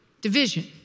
division